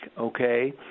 okay